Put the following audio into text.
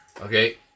Okay